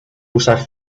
uszach